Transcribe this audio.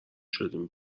شدیم